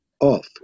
off